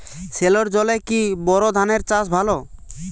সেলোর জলে কি বোর ধানের চাষ ভালো?